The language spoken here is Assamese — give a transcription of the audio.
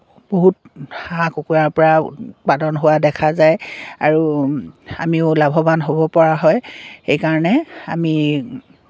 বহুত হাঁহ কুকুৰাৰপৰা উৎপাদন হোৱা দেখা যায় আৰু আমিও লাভৱান হ'ব পৰা হয় সেইকাৰণে আমি